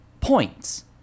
points